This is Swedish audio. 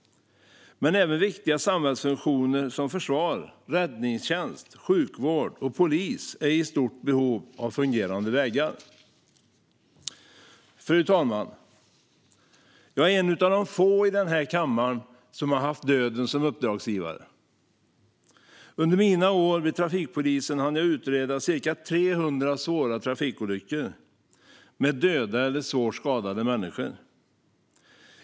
Men även viktiga samhällsfunktioner som försvar, räddningstjänst, sjukvård och polis är i stort behov av fungerande vägar. Fru talman! Jag är en av få i den här kammaren som har haft döden som uppdragsgivare. Under mina år vid trafikpolisen hann jag utreda ca 300 svåra trafikolyckor med döda eller svårt skadade människor.